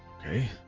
Okay